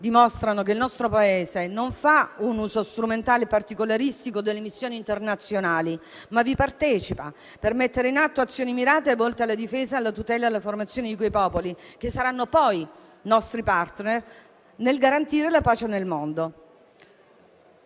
dimostrano che il nostro Paese non fa un uso strumentale particolaristico delle missioni internazionali, ma vi partecipa per mettere in atto azioni mirate volte alla difesa, alla tutela e alla formazione dei popoli che poi saranno nostri *partner* nel garantire la pace nel mondo.